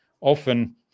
often